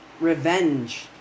revenge